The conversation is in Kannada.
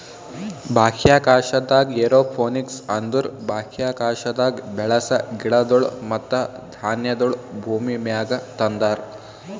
ಬಾಹ್ಯಾಕಾಶದಾಗ್ ಏರೋಪೋನಿಕ್ಸ್ ಅಂದುರ್ ಬಾಹ್ಯಾಕಾಶದಾಗ್ ಬೆಳಸ ಗಿಡಗೊಳ್ ಮತ್ತ ಧಾನ್ಯಗೊಳ್ ಭೂಮಿಮ್ಯಾಗ ತಂದಾರ್